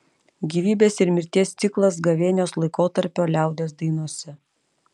gyvybės ir mirties ciklas gavėnios laikotarpio liaudies dainose